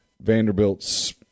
Vanderbilt's